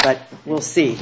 but we'll see